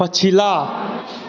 पछिला